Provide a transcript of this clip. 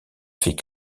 fait